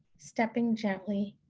stepping gently,